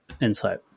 insight